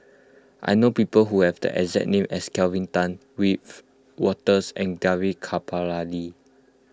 I know people who have the exact name as Kelvin Tan Wiebe Wolters and Gaurav Kripalani